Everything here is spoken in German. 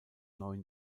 neun